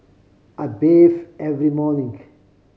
I bathe every morning